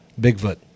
Bigfoot